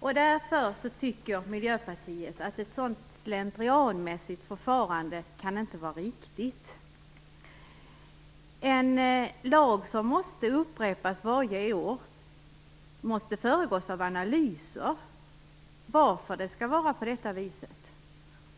Miljöpartiet tycker att ett sådant slentrianmässigt förfarande inte kan vara riktigt. Ett årligt upprepande av en lag måste bli föremål för analyser av varför det skall vara på det viset